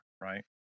right